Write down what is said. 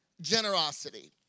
generosity